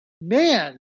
man